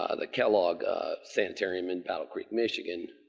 ah the kellogg sanatorium in battle creek, michigan.